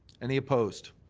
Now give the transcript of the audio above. any opposed?